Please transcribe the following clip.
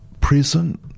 present